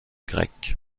grec